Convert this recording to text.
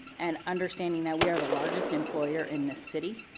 and understanding that we are the largest employer in the city,